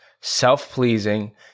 self-pleasing